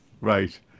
Right